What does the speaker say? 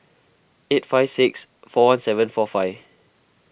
eight five six four one seven four five